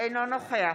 אינו נוכח